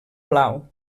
blau